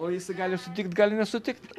o jisai gali sutikti gali nesutikti